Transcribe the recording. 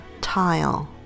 tile